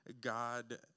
God